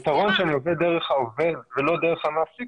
היתרון שאני עובר דרך העובד ולא דרך המעסיק